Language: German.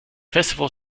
festival